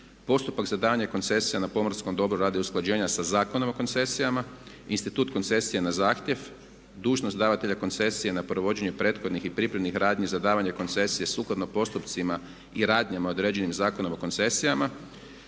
postupak za davanje koncesija na pomorskom dobru radi usklađenja sa Zakonom o koncesijama, institut koncesije na zahtjev, dužnost davatelja koncesije na provođenje prethodnih i pripremnih radnji za davanje koncesije sukladno postupcima i radnjama određenim Zakonom o koncesijama,